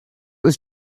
was